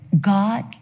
God